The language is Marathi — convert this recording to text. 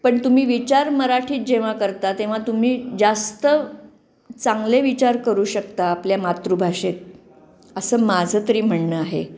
पण तुम्ही विचार मराठीत जेव्हा करता तेव्हा तुम्ही जास्त चांगले विचार करू शकता आपल्या मातृभाषेत असं माझं तरी म्हणणं आहे